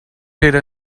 era